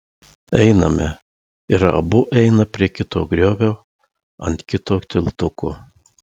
einame ir abu eina prie kito griovio ant kito tiltuko